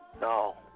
no